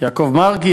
יעקב מרגי,